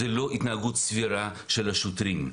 זה לא התנהגות סבירה של השוטרים.